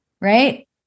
right